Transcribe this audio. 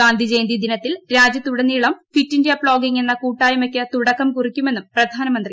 ഗാന്ധി ജയന്തി ദിനത്തിൽ രാജ്യത്ത് ഉടനീളം ഫിറ്റ് ഇന്ത്യ പ്ലോഗിംഗ് എന്ന കൂട്ടായ്മയ്ക്ക് തുടക്കം കുറിക്കുമെന്നും പ്രധാനമന്ത്രി